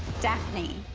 daphne.